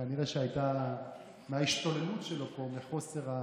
כנראה שהייתה, מההשתוללות שלו פה, מחוסר,